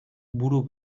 buru